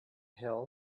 hill